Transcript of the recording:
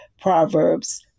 Proverbs